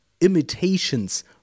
imitations